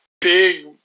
big